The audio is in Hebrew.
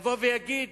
יבוא ויגיד